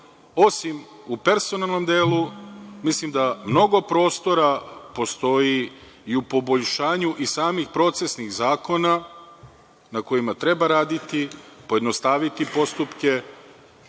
osim u personalnom delu. Mislim da mnogo prostora postoji i u poboljšanju i samih procesnih zakona na kojima treba raditi, pojednostaviti postupke,